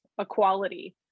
equality